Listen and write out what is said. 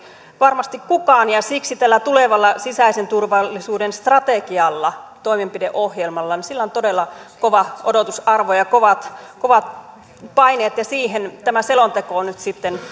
varmasti kukaan siksi tällä tulevalla sisäisen turvallisuuden strategialla toimenpideohjelmalla on todella kova odotusarvo ja kovat kovat paineet ja siihen tämä selonteko nyt sitten